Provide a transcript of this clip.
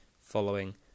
following